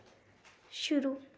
शुरू